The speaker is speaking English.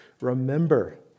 Remember